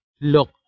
look